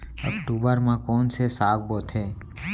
अक्टूबर मा कोन से साग बोथे?